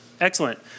excellent